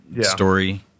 story